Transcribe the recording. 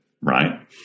right